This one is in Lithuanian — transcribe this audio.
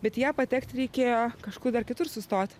bet į ją patekt reikėjo kažkur dar kitur sustot